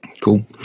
Cool